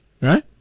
right